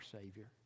Savior